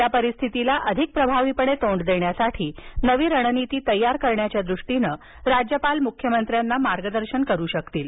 या परिस्थितीला अधिक प्रभावीपणे तोंड देण्यासाठी नवी रणनीती तैय्यार करण्याच्या दृष्टीनं राज्यपाल मुख्यमंत्र्यांना मार्गदर्शन करू शकतील